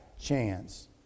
chance